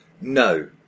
No